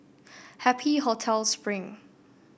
Happy Hotel Spring